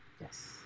Yes